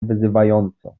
wyzywająco